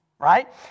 right